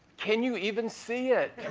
can you even see it?